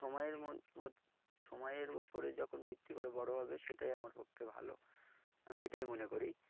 সময়ের মত সময়ের ওপরে যখন ভিত্তি করে বড়ো হবে সেটাই আমার পক্ষে ভালো আমি এটাই মনে করি